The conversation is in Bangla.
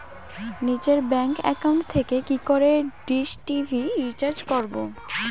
নিজের ব্যাংক একাউন্ট থেকে কি করে ডিশ টি.ভি রিচার্জ করবো?